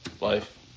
life